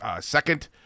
Second